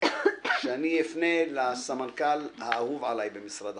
ואני אפנה לסמנכ"ל האהוב עליי במשרד החקלאות,